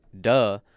duh